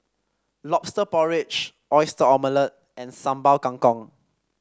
lobster porridge Oyster Omelette and Sambal Kangkong